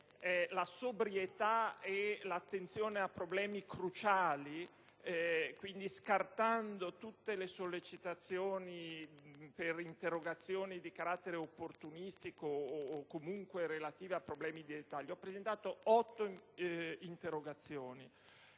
la sobrietà e l'attenzione a problemi cruciali e quindi scartando tutte le sollecitazioni per interrogazioni di carattere opportunistico o comunque relative a problemi di dettaglio, ho presentato otto interrogazioni,